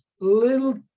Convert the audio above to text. little